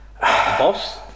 boss